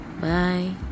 bye